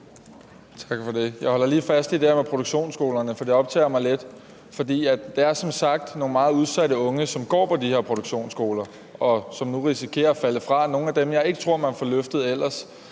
Tak for det. Jeg holder lige fast i det der med produktionsskolerne. Det optager mig lidt, for det er som sagt nogle meget udsatte unge, som går på de her produktionsskoler, og som nu risikerer at falde fra, nogle af dem, som jeg ikke tror man ellers